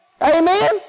Amen